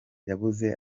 yabuze